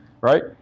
right